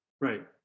Right